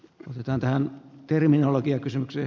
arvoisa puhemies